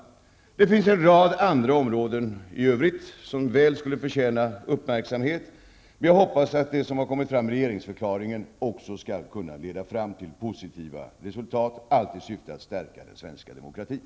Även i övrigt finns en rad områden som väl skulle förtjäna uppmärksamhet, men jag hoppas att det som har kommit fram i regeringsförklaringen också skall kunna leda fram till positiva resultat, allt i syfte att stärka den svenska demokratin.